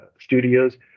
studios